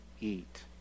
eat